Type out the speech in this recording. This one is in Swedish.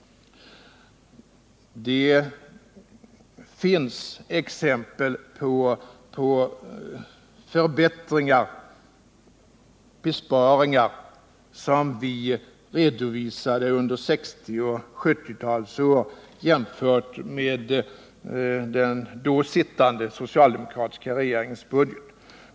Det finns exempel på förbättringar och besparingar som vi redovisade under 1960 och 1970-talen jämfört med den då sittande socialdemokratiska regeringens budget.